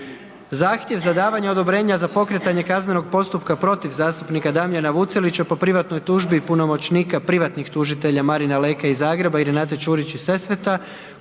„Zahtjev za davanje odobrenja za pokretanje kaznenog postupka protiv zastupnika Damjana Vucelića po privatnoj tužbi punomoćnika privatnih tužitelja Marina Leke iz Zagreba i Renate Čurić iz Sesveta